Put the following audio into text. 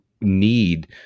need